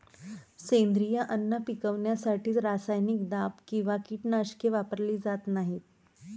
सेंद्रिय अन्न पिकवण्यासाठी रासायनिक दाब किंवा कीटकनाशके वापरली जात नाहीत